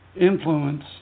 influence